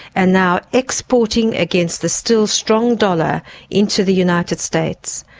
and now exporting against the still strong dollar into the united states.